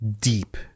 Deep